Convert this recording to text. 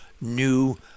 new